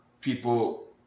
people